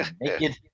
Naked